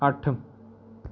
ਅੱਠ